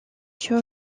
sur